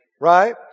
right